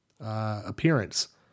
appearance